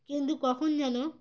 কিন্তু কখন যেন